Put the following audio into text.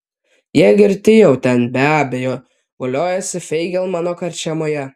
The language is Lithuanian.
jie girti jau ten be abejo voliojasi feigelmano karčiamoje